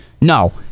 No